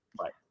right